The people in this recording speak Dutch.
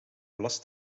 last